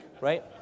Right